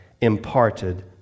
imparted